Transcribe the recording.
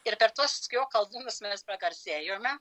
ir per tuos jo koldūnus mes pagarsėjome